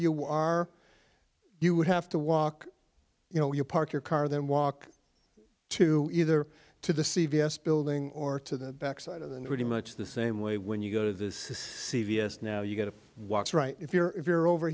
you are you would have to walk you know you park your car then walk to either to the c v s building or to the back side of the really much the same way when you go to this c v s now you get it walks right if you're if you're over